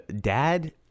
Dad